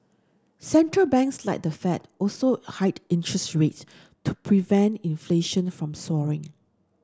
central banks like the Fed also hiked interest rates to prevent inflation from soaring